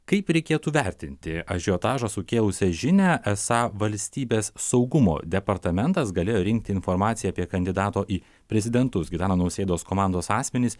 kaip reikėtų vertinti ažiotažą sukėlusią žinią esą valstybės saugumo departamentas galėjo rinkti informaciją apie kandidato į prezidentus gitano nausėdos komandos asmenis